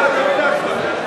אחרי התשובה,